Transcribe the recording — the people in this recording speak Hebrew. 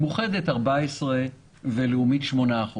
מאוחדת 14% ולאומית 8%,